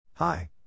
Hi